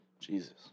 Jesus